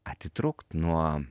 atitrūkt nuo